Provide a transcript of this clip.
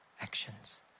actions